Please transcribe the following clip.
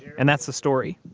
and that's the story.